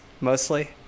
mostly